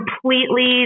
completely